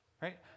right